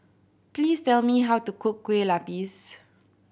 please tell me how to cook Kueh Lupis